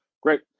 Great